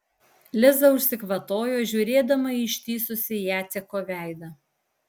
liza užsikvatojo žiūrėdama į ištįsusį jaceko veidą